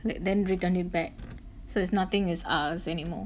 like then return it back so it's nothing is ours anymore